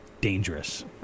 Dangerous